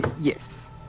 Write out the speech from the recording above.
Yes